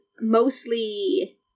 mostly